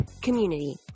community